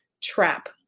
trap